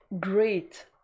great